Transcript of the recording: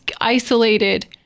isolated